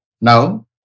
Now